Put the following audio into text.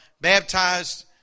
baptized